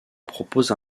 propose